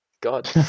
God